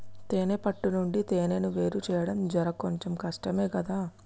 తేనే పట్టు నుండి తేనెను వేరుచేయడం జర కొంచెం కష్టమే గదా